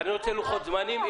אני רוצה לוחות זמנים.